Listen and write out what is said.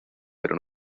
pero